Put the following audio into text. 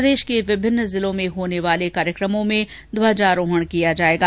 प्रदेश के विभिन्न जिलों में होने वाले कार्यक्रमों में भी ध्वजारोहरण किया जायेगा